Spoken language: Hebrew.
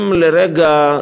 אם לרגע,